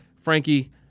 Frankie